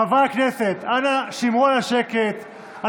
חברי הכנסת, אנא שמרו על השקט.